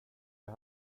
det